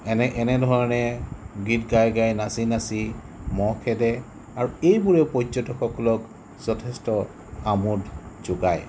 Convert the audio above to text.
এনে এনেধৰণে গীত গায় গায় নাচি নাচি মহ খেদে আৰু এইবোৰেই পৰ্যটকসকলক যথেষ্ট আমোদ যোগায়